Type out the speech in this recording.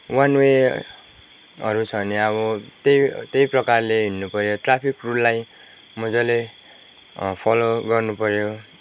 one वेहरू छ भने अब त्यही त्यही प्रकारले हिँड्नुपऱ्यो ट्राफिक रुललाई मज्जाले फलो गर्नुपऱ्यो